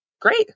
great